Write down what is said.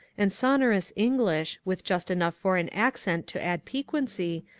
and sonorous english, with just enough foreign accent to add piquancy,